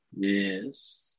Yes